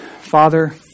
Father